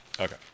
okay